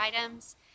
items